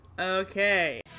Okay